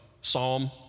Psalm